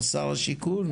שר השיכון?